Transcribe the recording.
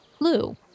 blue